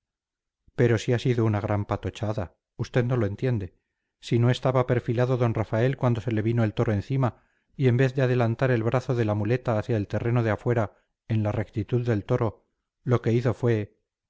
pero si ha sido una gran patochada usted no lo entiende si no estaba perfilado d rafael cuando se le vino el toro encima y en vez de adelantar el brazo de la muleta hacia el terreno de afuera en la rectitud del toro lo que hizo fue